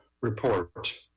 report